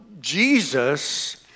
Jesus